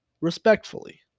respectfully